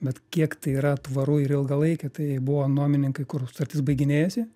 bet kiek tai yra tvaru ir ilgalaikė tai buvo nuomininkai kur sutartis baiginėjosi